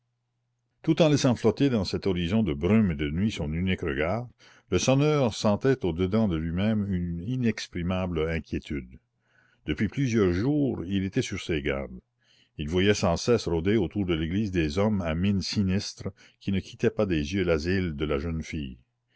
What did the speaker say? tout en laissant flotter dans cet horizon de brume et de nuit son unique regard le sonneur sentait au dedans de lui-même une inexprimable inquiétude depuis plusieurs jours il était sur ses gardes il voyait sans cesse rôder autour de l'église des hommes à mine sinistre qui ne quittaient pas des yeux l'asile de la jeune fille